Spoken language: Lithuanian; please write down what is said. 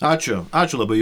ačiū ačiū labai